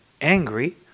angry